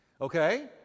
Okay